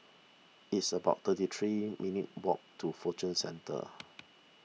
it's about thirty three minutes' walk to Fortune Centre